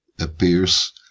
appears